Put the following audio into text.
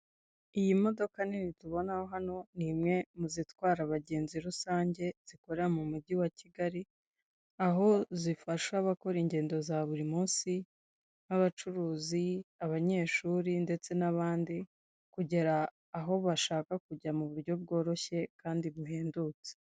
Iyi modoka nini tubonaho hano ni imwe mu zitwara abagenzi rusange zikorera mu mujyi wa Kigali, aho zifasha abakora ingendo za buri munsi nk'abacuruzi, abanyeshuri ndetse n'abandi, kugera aho bashaka kujya mu buryo bworoshye kandi buhendutse.